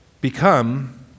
Become